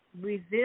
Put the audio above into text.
Resist